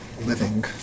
living